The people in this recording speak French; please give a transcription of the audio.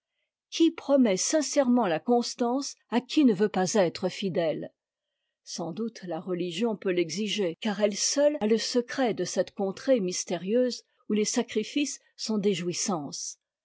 qui promet sincèrement la constance à qui ne veut pas être fidèle sans doute la religion peut l'exiger car elle seule a le secret de cette contrée mystérieuse où les sacrifices sont des jouissances